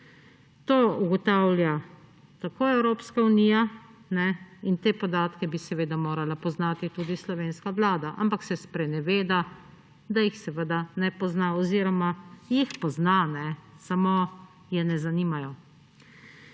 To ugotavlja tako Evropska unija in te podatke bi seveda morala poznati tudi slovenska vlada, ampak se spreneveda, da jih ne pozna oziroma jih pozna, samo je ne zanimajo.